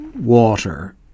water